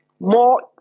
more